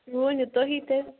یہِ ؤنِو تُہی تیٚلہِ